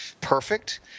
perfect